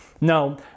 No